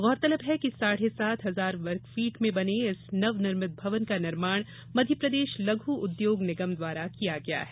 गौरतलब है कि साढ़े सात हजार वर्गफीट में बने इस नवनिर्मित भवन का निर्माण मध्यप्रदेश लघु उद्योग निगम द्वारा किया गया है